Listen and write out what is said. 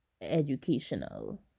educational